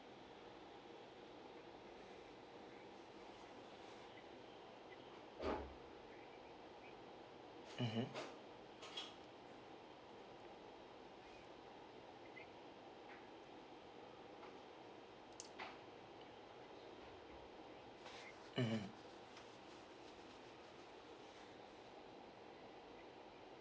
mmhmm mmhmm